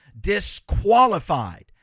Disqualified